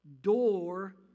door